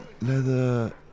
leather